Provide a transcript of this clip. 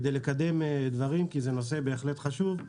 כדי לקדם דברים, כי זה נושא בהחלט חשוב.